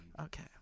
okay